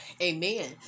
Amen